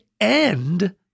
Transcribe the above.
end